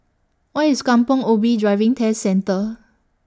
Where IS Kampong Ubi Driving Test Centre